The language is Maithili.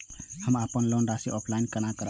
हम अपन लोन के राशि ऑफलाइन केना भरब?